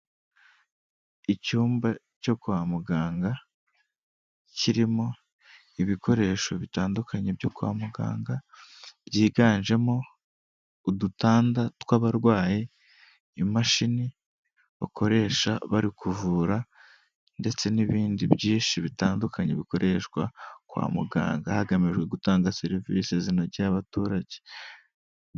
Icyumba cyo kwa muganga kirimo ibikoresho bitandukanye byo kwa muganga, byiganjemo udutanda tw'abarwayi, imashini bakoresha bari kuvura ndetse n'ibindi byinshi bitandukanye bikoreshwa kwa muganga, hagamijwe gutanga serivisi zinogeye abaturage.